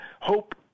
hope